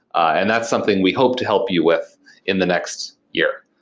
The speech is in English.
and that's something we hope to help you with in the next year.